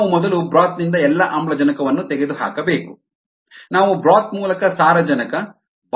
ನಾವು ಮೊದಲು ಬ್ರೋತ್ ನಿಂದ ಎಲ್ಲಾ ಆಮ್ಲಜನಕವನ್ನು ತೆಗೆದುಹಾಕಬೇಕು ನಾವು ಬ್ರೋತ್ ಮೂಲಕ ಸಾರಜನಕ ಬಬಲ್ ಸಾರಜನಕವನ್ನು ಬಳಸುತ್ತೇವೆ